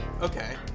Okay